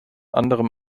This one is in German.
anderem